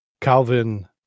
Calvin